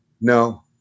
No